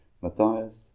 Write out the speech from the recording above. Matthias